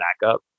backup